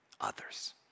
others